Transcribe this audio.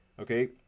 okay